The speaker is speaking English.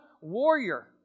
Warrior